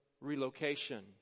relocation